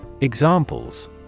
Examples